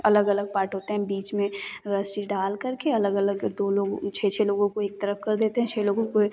अलग अलग पार्ट होते हैं बीच में रस्सी डाल कर के अलग अलग दो लोग छः छः लोगों को एक तरफ कर देते हैं छः लोगों को